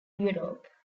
europe